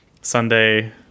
Sunday